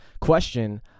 question